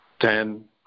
Ten